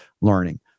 learning